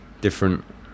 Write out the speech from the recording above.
different